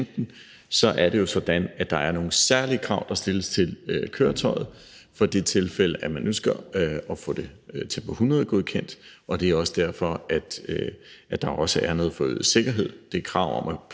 at det jo er sådan, at der er nogle særlige krav, der stilles til køretøjet i det tilfælde, man ønsker at få det Tempo 100-godkendt, og det er også derfor, at der også er noget forøget sikkerhed.